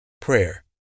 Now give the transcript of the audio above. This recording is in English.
prayer